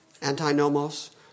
Antinomos